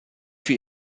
für